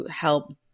help